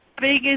biggest